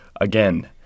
again